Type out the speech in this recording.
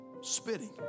spitting